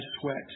sweat